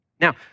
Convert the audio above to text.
Now